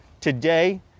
today